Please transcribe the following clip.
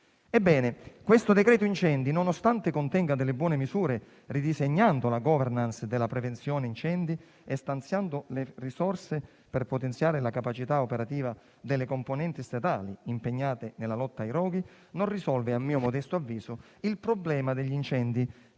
questo decreto incendi, nonostante contenga delle buone misure ridisegnando la *governance* della prevenzione incendi e stanziando le risorse per potenziare la capacità operativa delle componenti statali impegnate nella lotta ai roghi, non risolve, a mio modesto avviso, il problema degli incendi